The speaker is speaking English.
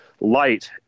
light